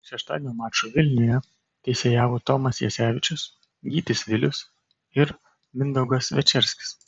šeštadienio mačui vilniuje teisėjavo tomas jasevičius gytis vilius ir mindaugas večerskis